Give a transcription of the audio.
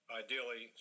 ideally